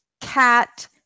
cat